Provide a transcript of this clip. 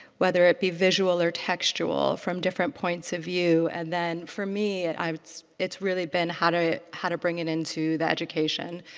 whether it be visual or textual from different points of view? and then for me, um it's it's really been how to how to bring it into the education.